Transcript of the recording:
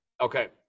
Okay